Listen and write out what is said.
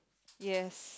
yes